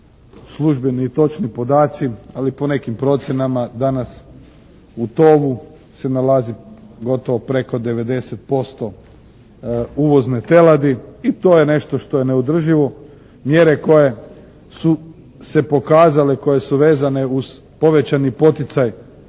službeni i točni podaci, ali po nekim procjenama danas u tovu se nalazi gotovo preko 90% uvozne teladi i to je nešto što je neodrživo. Mjere koje su se pokazale, koje su vezane uz povećani poticaj,